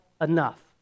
enough